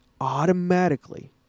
automatically